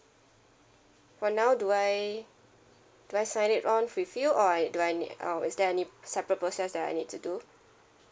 for now do I do I sign it on with you or I do I need um is there any separate process that I need to do